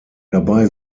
dabei